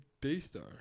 Daystar